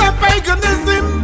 paganism